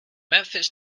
memphis